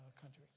country